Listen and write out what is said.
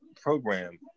program